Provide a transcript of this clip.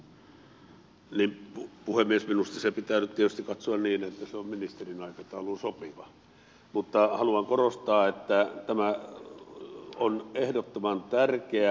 minusta se pitää nyt tietysti katsoa niin että se on ministerin aikatauluun sopiva mutta haluan korostaa että tämä on ehdottoman tärkeää